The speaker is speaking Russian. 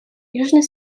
южный